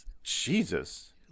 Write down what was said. Jesus